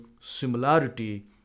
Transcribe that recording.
similarity